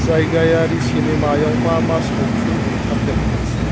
जायगायारि सिनेमायाव मा मा सावथुन ओंखारदों